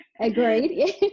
agreed